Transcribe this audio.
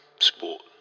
sport